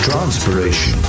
Transpiration